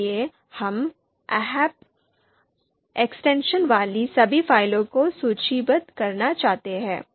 इसलिए हम ahp extension वाली सभी फाइलों को सूचीबद्ध करना चाहते हैं